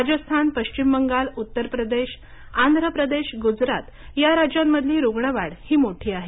राजस्थान पश्विम बंगाल उत्तर प्रदेश आंध्र प्रदेश गुजरात या राज्यांमधली रुग्णवाढ ही मोठी आहे